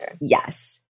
Yes